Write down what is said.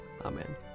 Amen